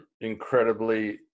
incredibly